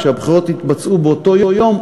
כשהבחירות התבצעו באותו יום,